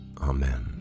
Amen